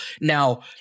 Now